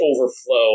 overflow